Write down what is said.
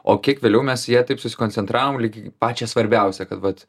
o kiek vėliau mes į ją taip susikoncentravom lyg į pačią svarbiausią kad vat